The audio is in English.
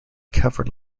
cover